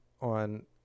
on